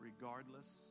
Regardless